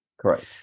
Correct